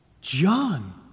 John